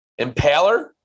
Impaler